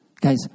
Guys